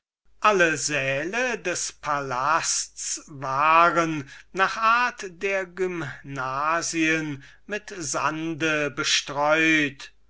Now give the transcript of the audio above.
alle säle des palasts waren nach art der gymnasien mit sand bestreut